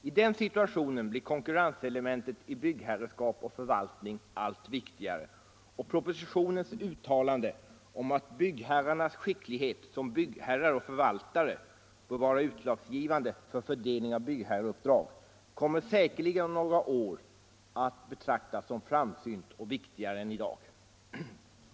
I den situationen blir konkurrenselementet i byggherreskap och förvaltning allt viktigare, och propositionens uttalande om att ”byggherrarnas skicklighet som byggare och förvaltare skall —-—-—- vara utslagsgivande för fördelning av byggherreuppdrag” kommer säkerligen om några år att betraktas som framsynt och viktigare än i dag.